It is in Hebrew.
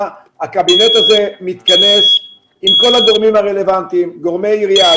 הקבינט הזה מתכנס עם כל הגורמים הרלוונטיים גורמי עירייה,